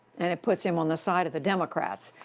and it puts him on the side of the democrats,